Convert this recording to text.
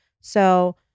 So-